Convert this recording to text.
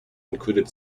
included